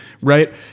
Right